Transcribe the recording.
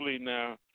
now